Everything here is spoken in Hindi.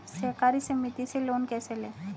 सहकारी समिति से लोन कैसे लें?